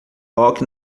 rock